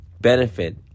benefit